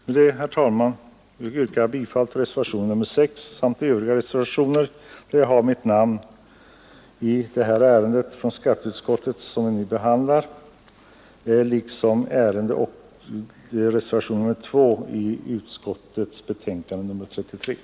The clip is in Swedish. Med det anförda, herr talman, yrkar jag bifall till reservationen 6 samt till övriga reservationer i skatteutskottets betänkande nr 32 som bär mitt namn.